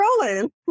rolling